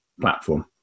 platform